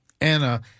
Anna